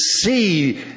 see